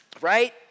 right